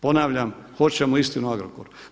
Ponavljam, hoćemo istinu o Agrokoru.